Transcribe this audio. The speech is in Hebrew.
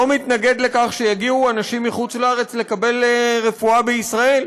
לא מתנגד לכך שיגיעו מחוץ-לארץ לקבל רפואה בישראל,